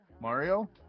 Mario